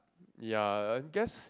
ya I guess